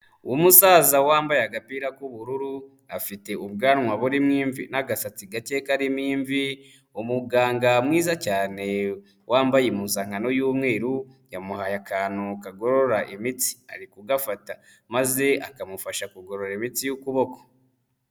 Umusaza wambaye agapira k'ubururu, afite ubwanwa burimo imvi n'agasatsi gake karimo imvi, umuganga mwiza cyane wambaye impuzankano y'umweru, yamuhaye akantu kagorora imitsi, ari kugafata maze akamufasha kugorora imitsi y'ukuboko.